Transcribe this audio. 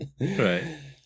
Right